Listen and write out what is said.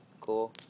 Cool